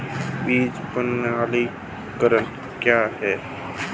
बीज प्रमाणीकरण क्या है?